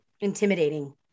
intimidating